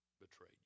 betrayed